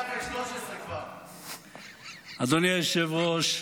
אדוני היושב-ראש,